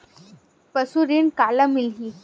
पशु ऋण काला मिलही?